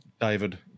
David